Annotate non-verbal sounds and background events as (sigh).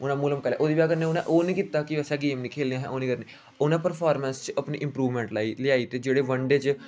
(unintelligible) ओह्दी बजह कन्नै ओह् नेईं कीता कि असें गेम नेईं खेलनी जां ओह् निं करनी उ'नें प्रफारमेंस च अपनी इंप्रूवमेंट लेआई ते जेह्ड़े बनडे च